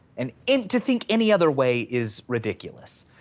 and and to think any other way is ridiculous.